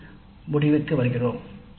மற்றும் நாங்கள் முடிவுக்கு வருகிறோம்